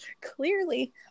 Clearly